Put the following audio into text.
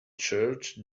church